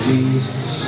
Jesus